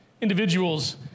individuals